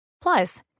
Plus